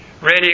Ready